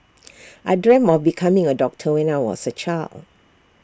I dreamt of becoming A doctor when I was A child